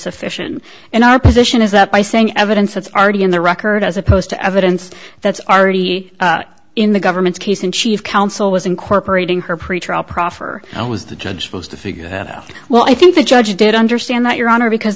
sufficient and our position is that by saying evidence that's already in the record as opposed to evidence that's already in the government's case in chief counsel was incorporating her pretrial proffer i was the judge supposed to figure that out well i think the judge did understand that your honor because